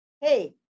hey